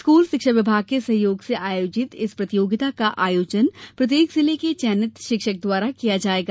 school शिक्षा विभाग के सहयोग से आयोजित इस प्रतियोगिता का आयोजन प्रत्येक जिले के चयनित शिक्षक द्वारा किया जायेगा